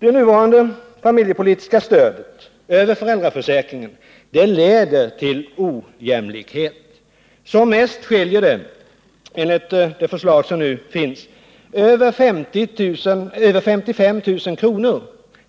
Det nuvarande familjepolitiska stödet över föräldraförsäkringen leder till ojämlikhet. Som mest skiljer det, enligt det förslag som nu finns, över 55 000 kr.